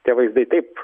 tie vaizdai taip